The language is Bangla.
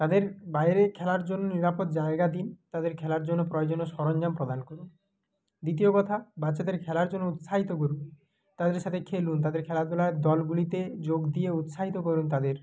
তাদের বাইরে খেলার জন্য নিরাপদ জায়গা দিন তাদের খেলার জন্য প্রয়োজনীয় সরঞ্জাম প্রদান করুন দ্বিতীয় কথা বাচ্চাদের খেলার জন্য উৎসাহিত করুন তাদের সাথে খেলুন তাদের খেলাধুলার দলগুলিতে যোগ দিয়ে উৎসাহিত করুন তাদের